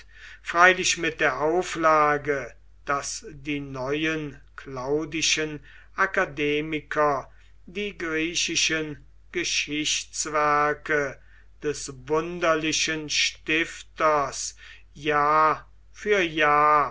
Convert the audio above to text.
freilich mit der auflage daß die neuen claudischen akademiker die griechischen geschichtswerke des wunderlichen stifters jahr für jahr